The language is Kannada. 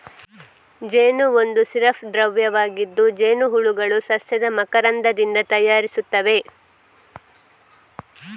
ಜೇನು ಒಂದು ಸಿರಪ್ ದ್ರವವಾಗಿದ್ದು, ಜೇನುಹುಳುಗಳು ಸಸ್ಯದ ಮಕರಂದದಿಂದ ತಯಾರಿಸುತ್ತವೆ